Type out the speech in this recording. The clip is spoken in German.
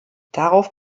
darauf